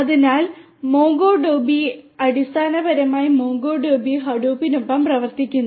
അതിനാൽ മോംഗോഡിബി അടിസ്ഥാനപരമായി മംഗോഡിബി ഹഡൂപ്പിനൊപ്പം പ്രവർത്തിക്കുന്നു